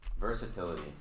versatility